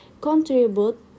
contribute